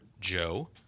Joe